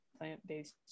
plant-based